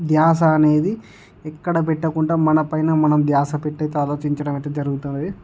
ధ్యాస అనేది ఎక్కడ పెట్టకుండా మన పైన మనం ధ్యాస పెట్టి అయితే ఆలోచించడం అయితే జరుగుతుంది